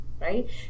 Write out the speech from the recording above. right